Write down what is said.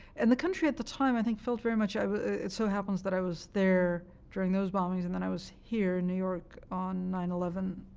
and the country at the time i think felt very much it so happens that i was there during those bombings, and then i was here in new york on nine eleven,